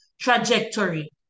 trajectory